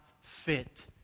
fit